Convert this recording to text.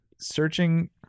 Searching